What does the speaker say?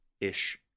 ish